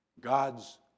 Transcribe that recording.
God's